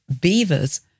beavers